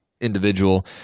individual